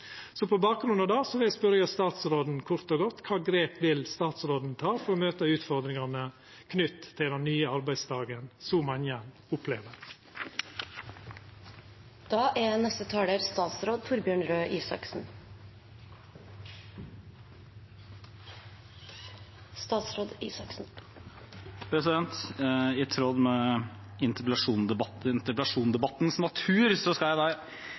På bakgrunn av det vil eg kort og godt spørja statsråden: Kva grep vil statsråden ta for å møta utfordringane knytte til den nye arbeidsdagen som så mange